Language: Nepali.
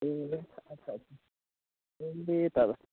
ए अच्छा अच्छा ए तब